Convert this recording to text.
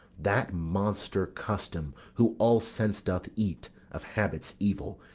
that monster custom, who all sense doth eat, of habits evil,